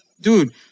dude